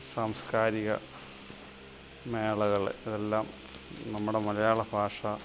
സാംസ്ക്കാരിക മേളകൾ ഇതെല്ലം നമ്മുടെ മലയാളഭാഷ